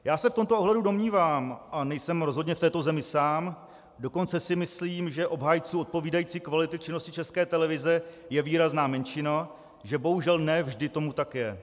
Já se v tomto ohledu domnívám, a nejsou rozhodně v této zemi sám, dokonce si myslím, že obhájců odpovídající kvality činnosti České televize je výrazná menšina, že bohužel ne vždy tomu tak je.